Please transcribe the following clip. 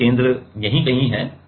तो केंद्र यहीं कहीं है